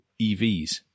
EVs